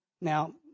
Now